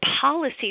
policy